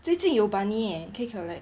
最近有 bunny eh 可以 collect